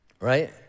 right